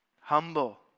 Humble